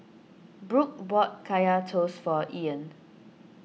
Brook bought Kaya Toast for Ean